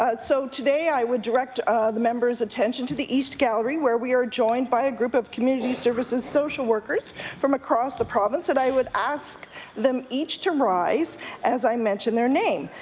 ah so today i would direct ah the members' attention to the east gallery, where we are joined by a group of community services social workers from across the province. and i would ask them each to rise as i mention their name.